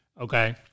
Okay